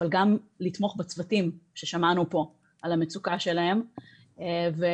אבל גם לתמוך בצוותים ששמענו פה על המצוקה שלהם ולעבוד